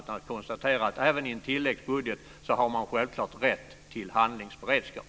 Jag konstaterar att man även i en tilläggsbudget självklart har rätt till handlingsberedskap.